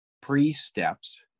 pre-steps